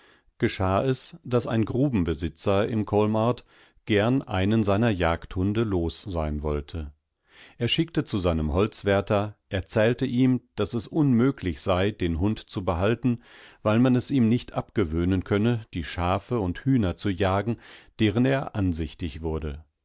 geschah es daß ein grubenbesitzer im kolmrd gern einen seiner jagdhunde los sein wollte er schickte zu seinem holzwärter erzählte ihm daß es unmöglich sei den hund zu behalten weil man es ihm nicht abgewöhnen könne die schafe und hühner zu jagen deren er ansichtig wurde